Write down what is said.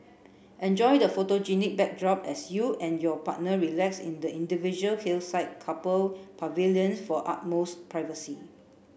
enjoy the photogenic backdrop as you and your partner relax in the individual hillside couple pavilions for utmost privacy